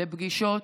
לפגישות,